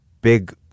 big